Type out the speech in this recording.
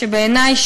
שבעיני,